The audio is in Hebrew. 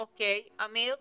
אוקיי, אמיר.